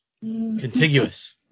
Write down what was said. Contiguous